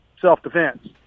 self-defense